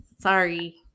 sorry